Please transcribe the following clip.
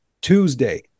tuesday